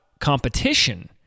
competition